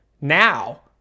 now